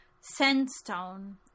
Sandstone